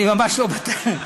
אני ממש לא בטוח.